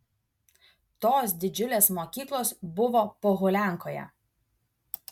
tos didžiulės mokyklos buvo pohuliankoje